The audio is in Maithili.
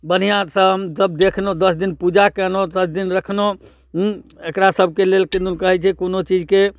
बढ़िआँसँ हमसब देखलहुँ दस दिन पूजा केलहुँ दस दिन रखलहुँ उँ एकरा सबके लेल किदन कहै छै कोनो चीजके